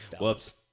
Whoops